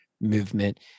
movement